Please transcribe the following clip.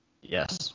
Yes